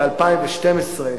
ב-2012,